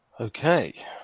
Okay